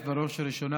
בראש ובראשונה,